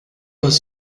was